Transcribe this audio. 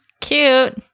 Cute